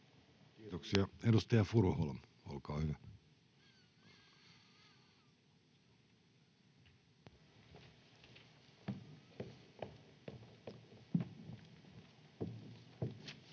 Kiitoksia. — Edustaja Furuholm, olkaa hyvä. Arvoisa